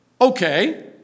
Okay